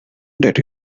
that